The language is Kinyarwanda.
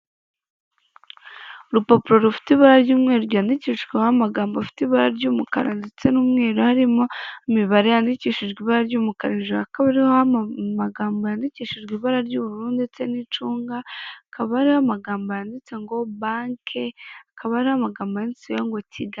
Urupapuro rufite ibara ry'umweru ryandikishwaho amagambo afite ibara ry'umukara ndetse n'umweru harimo imibare yandikishijwe ibara ry'umukara hakaba hariho amagambo yandikishijwe ibara ry'ubururu ndetse n'icunga hakaba hariho amagambo yanditse ngo banke hakaba hariho amagambo yanditse ho ngo kigali.